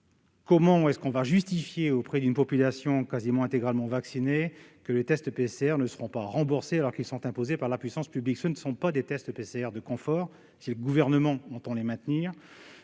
Comment justifier auprès d'une population presque intégralement vaccinée que les tests PCR ne seront pas remboursés, alors qu'ils sont imposés par la puissance publique ? Il ne s'agit pas de tests de confort, si tant est que le Gouvernement entende les maintenir.